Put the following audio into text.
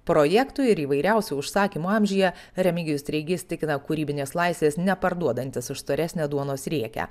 projektų ir įvairiausių užsakymų amžiuje remigijus treigys tikina kūrybinės laisvės neparduodantis už storesnę duonos riekę